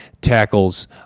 tackles